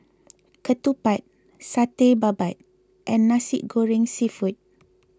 Ketupat Satay Babat and Nasi Goreng Seafood